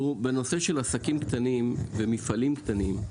בנושא של עסקים קטנים ומפעלים קטנים,